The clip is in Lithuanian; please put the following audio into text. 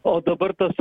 o dabar tas